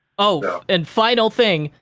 oh, and final thing,